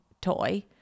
toy